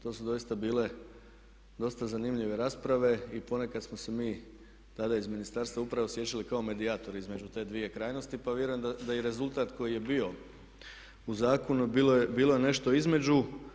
To su doista bile dosta zanimljive rasprave i ponekad smo se mi tada iz Ministarstva uprave osjećali kao medijatori između te dvije krajnosti, pa vjerujem da i rezultat koji je bio u zakonu je bilo nešto između.